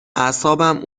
اعصابم